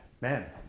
man